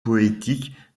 poétique